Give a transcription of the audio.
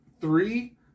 three